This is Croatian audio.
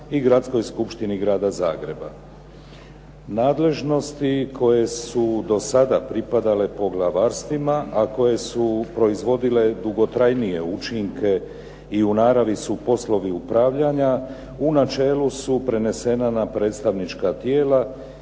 i Gradskoj skupštini Grada Zagreba. Nadležnosti koje su do sada pripadale poglavarstvima, a koje su proizvodile dugotrajnije učinke i u naravi su poslovi upravljanja, u načelu su prenesena na predstavnička tijela,